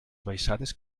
baixades